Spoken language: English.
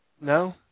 No